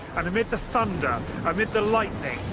and amid the thunder, amid the lightning,